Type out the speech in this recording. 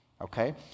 Okay